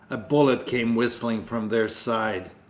a bullet came whistling from their side.